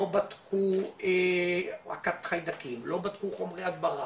לא בדקו עקת חיידקים, לא בדקו חומרי הדברה,